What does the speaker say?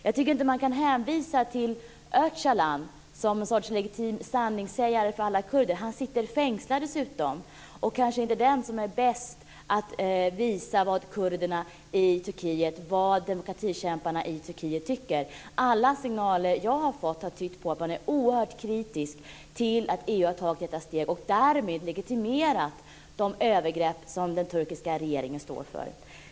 Jag tycker inte att man kan hänvisa till Öcalan som en sorts legitim sanningssägare för alla kurder. Han sitter dessutom fängslad och är kanske inte den som är bäst på att visa vad kurderna i Turkiet, vad demokratikämparna i Turkiet, tycker. Alla signaler som jag fått tyder på att man är oerhört kritisk till att EU har tagit detta steg och därmed legitimerat de övergrepp som den turkiska regeringen står för.